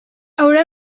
haurà